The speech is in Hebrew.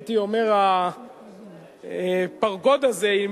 הייתי אומר, הפרגוד הזה.